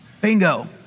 Bingo